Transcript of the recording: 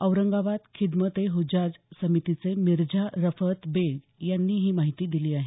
औरंगाबाद खिदमत ए हुज्जाज समितीचे मिर्झा रफअत बेग यांनी ही माहिती दिली आहे